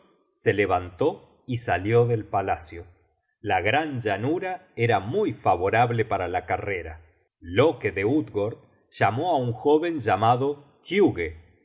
se levantó y salió del palacio la gran llanura era muy favorable para la carrera loke de utgord llamó á un jóven llamado huge